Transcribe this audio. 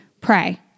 pray